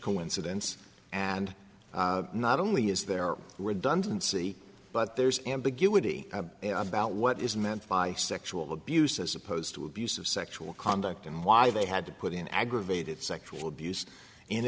coincidence and not only is there redundancy but there's ambiguity about what is meant by sexual abuse as opposed to abusive sexual conduct and why they had to put in aggravated sexual abuse in